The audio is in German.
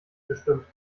bestimmt